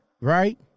Right